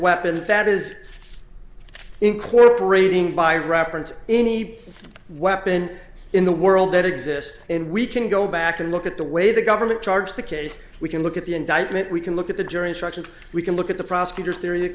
weapons that is incorporating by reference any weapon in the world that exists and we can go back and look at the way the government charges the case we can look at the indictment we can look at the jury instructions we can look at the prosecutor